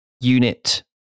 unit